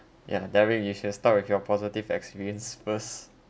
yeah derek you should start with your positive experience first